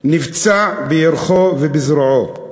נפצע בירכו ובזרועו.